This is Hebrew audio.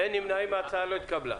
ההסתייגויות?